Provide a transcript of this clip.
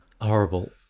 Horrible